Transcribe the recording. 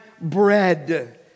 bread